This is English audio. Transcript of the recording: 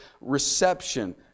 reception